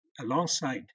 alongside